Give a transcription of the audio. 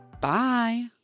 Bye